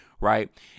right